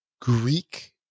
greek